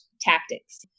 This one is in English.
tactics